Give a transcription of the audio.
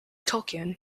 tolkien